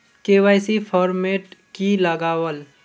KYC format की लगावल?